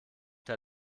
der